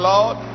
Lord